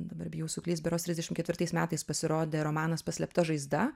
dabar bijau suklyst berods trisdešim ketvirtais metais pasirodė romanas paslėpta žaizda